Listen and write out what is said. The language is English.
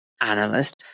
analyst